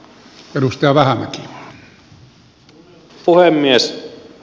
kunnioitettu puhemies